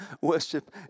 worship